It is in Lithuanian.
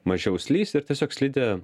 mažiau slys ir tiesiog slidė